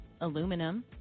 aluminum